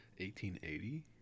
1880